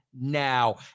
now